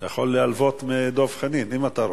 אתה יכול ללוות מדב חנין אם אתה רוצה.